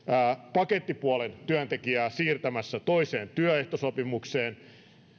pakettipuolen työntekijää siirtämässä toiseen työehtosopimukseen